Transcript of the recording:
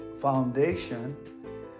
foundation